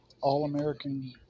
All-American